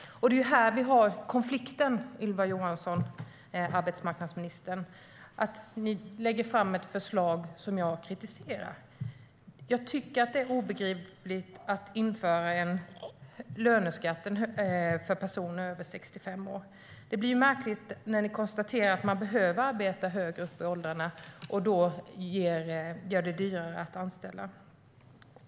Det är här vi har konflikten, arbetsmarknadsministern. Ni lägger fram ett förslag som jag har kritiserat. Jag tycker att det är obegripligt att införa en löneskatt för personer över 65 år. Det blir märkligt när ni konstaterar att man behöver arbeta högre upp i åldrarna och då gör det dyrare att anställa.